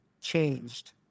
changed